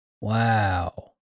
Wow